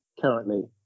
currently